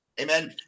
Amen